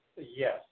Yes